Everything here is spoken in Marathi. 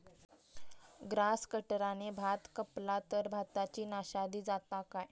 ग्रास कटराने भात कपला तर भाताची नाशादी जाता काय?